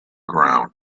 ground